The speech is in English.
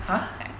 !huh!